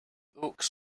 oaks